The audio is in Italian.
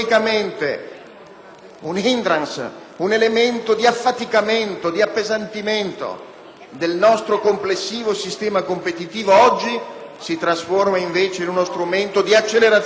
*hindrance*, un elemento di affaticamento e appesantimento del nostro complessivo sistema competitivo, oggi si trasforma invece in uno strumento di accelerazione competitiva.